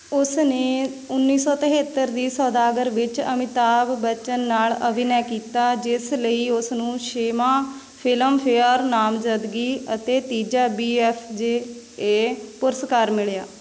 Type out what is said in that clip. ਉਸ ਨੇ ਉੱਨੀ ਸੌ ਤਹੇਤਰ ਦੀ ਸੌਦਾਗਰ ਵਿੱਚ ਅਮਿਤਾਭ ਬੱਚਨ ਨਾਲ ਅਭਿਨੈ ਕੀਤਾ ਜਿਸ ਲਈ ਉਸ ਨੂੰ ਛੇਵਾਂ ਫ਼ਿਲਮਫੇਅਰ ਨਾਮਜ਼ਦਗੀ ਅਤੇ ਤੀਜਾ ਬੀ ਐੱਫ ਜੇ ਏ ਪੁਰਸਕਾਰ ਮਿਲਿਆ